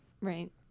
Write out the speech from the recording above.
Right